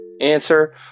Answer